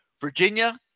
Virginia